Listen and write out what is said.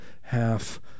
half